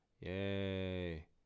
Yay